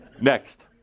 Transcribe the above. Next